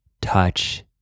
touch